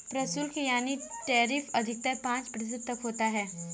प्रशुल्क यानी टैरिफ अधिकतर पांच प्रतिशत तक होता है